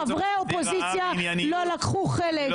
חברי האופוזיציה לא לקחו חלק.